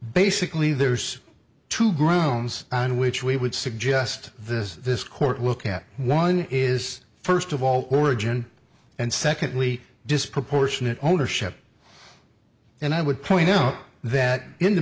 basically there's two grounds on which we would suggest this this court look at one is first of all origin and secondly disproportionate ownership and i would point out that in the